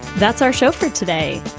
that's our show for today.